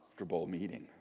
meeting